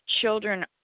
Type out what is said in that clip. children